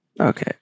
Okay